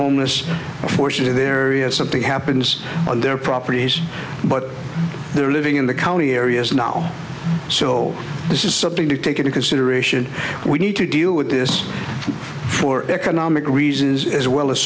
homeless unfortunately there is something happens on their properties but they're living in the county areas now so this is something to take into consideration we need to deal with this for economic reasons as well as